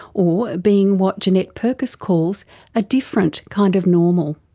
or being what jeanette purkis calls a different kind of normal.